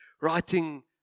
writing